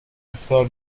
افطار